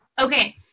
Okay